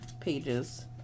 pages